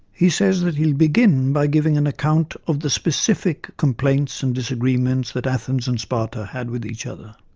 he says that he will begin by giving an account of the specific complaints and disagreements that athens and sparta had with each other.